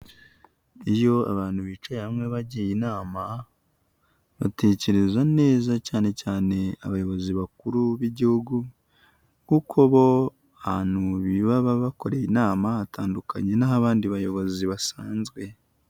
Iyo abantu bicaye hamwe bajya inama, batekereza neza cyane cyane abayobozi bakuru b'igihugu, kuko bo ahantu baba bakoreye inama hatandukanye naho abandi bayobozi basanzwe.